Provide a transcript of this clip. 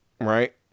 right